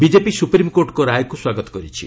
BJP ସୁପ୍ରିମ୍କୋର୍ଟଙ୍କ ରାୟକୁ ସ୍ୱାଗତ କରିଛି